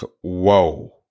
whoa